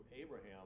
Abraham